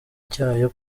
cyayo